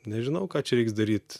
nežinau ką čia reiks daryt